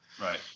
Right